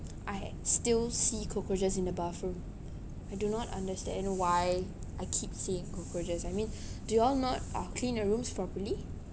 I still see cockroaches in the bathroom I do not understand why I keep seeing cockroaches I mean do y'all not uh clean the rooms properly